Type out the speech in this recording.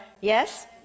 Yes